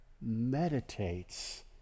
meditates